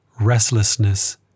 Restlessness